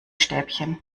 stäbchen